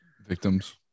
victims